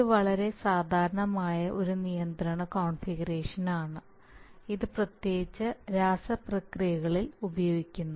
ഇത് വളരെ സാധാരണമായ ഒരു നിയന്ത്രണ കോൺഫിഗറേഷനാണ് ഇത് പ്രത്യേകിച്ച് രാസ പ്രക്രിയകളിൽ ഉപയോഗിക്കുന്നു